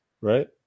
right